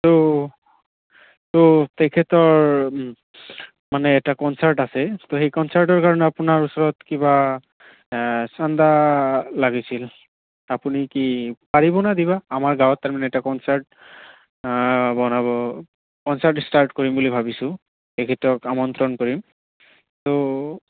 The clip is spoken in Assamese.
ত' ত' তেখেতৰ মানে এটা কনচাৰ্ট আছে ত' সেই কনচাৰ্টৰ কাৰণে আপোনাৰ ওচৰত কিবা চান্দা লাগিছিল আপুনি কি পাৰিবনে দিব আমাৰ গাঁৱত তাৰ মানে এটা কনচাৰ্ট বনাব কনচাৰ্ট ষ্টাৰ্ট কৰিম বুলি ভাবিছো তেখেতক আমন্ত্ৰণ কৰিম ত'